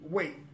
Wait